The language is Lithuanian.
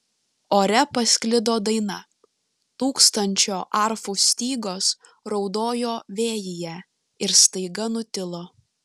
ore pasklido daina tūkstančio arfų stygos raudojo vėjyje ir staiga nutilo